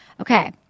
Okay